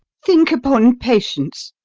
think upon patience.